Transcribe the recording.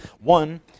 One